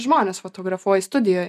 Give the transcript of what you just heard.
žmones fotografuoji studijoj